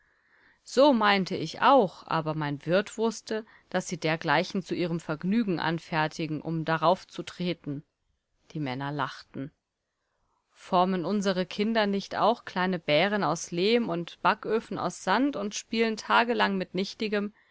so meinte ich auch aber mein wirt wußte daß sie dergleichen zu ihrem vergnügen anfertigen um darauf zu treten die männer lachten formen unsere kinder nicht auch kleine bären aus lehm und backöfen aus sand und spielen tagelang mit nichtigem